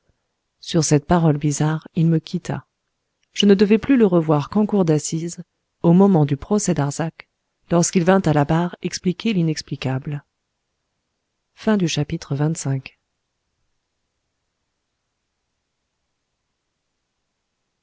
sur cette parole bizarre il me quitta je ne devais plus le revoir qu'en cour d'assises au moment du procès darzac lorsqu'il vint à la barre expliquer l'inexplicable